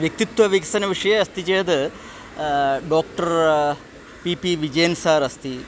व्यक्तित्व विकसनविषये अस्ति चेद् doctor P P Vijayan sir अस्ति